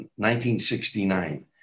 1969